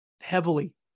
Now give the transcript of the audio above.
heavily